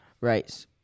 Right